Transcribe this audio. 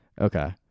okay